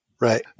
Right